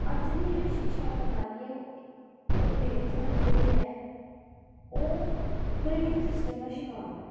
अज्ज दी जेह्ड़ी शिक्षा प्रणाली ऐ ओह् साढ़ी जेह्ड़ी ऐ ओह् ग्रेडिंग सिस्टम दा शकार ऐ